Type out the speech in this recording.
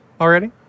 already